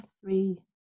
three